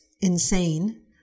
insane